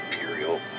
imperial